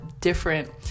different